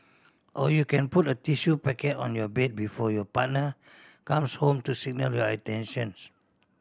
or you can put a tissue packet on your bed before your partner comes home to signal your intentions